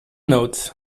notes